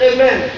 Amen